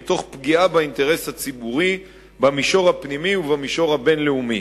ופגיעה באינטרס הציבורי במישור הפנימי ובמישור הבין-לאומי.